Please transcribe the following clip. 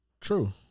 True